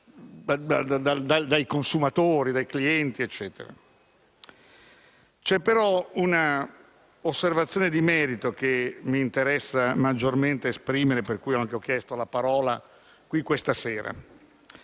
C'è, però, un'osservazione di merito che mi interessa maggiormente esprimere e per cui ho chiesto la parola questa sera.